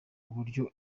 uburyo